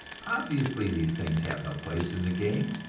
obviously, these things have no place in the game,